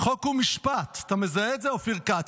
חוק ומשפט" אתה מזהה את זה, אופיר כץ?